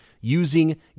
using